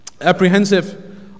Apprehensive